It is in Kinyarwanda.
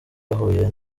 yahuye